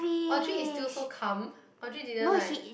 Audrey is still so calm Audrey didn't like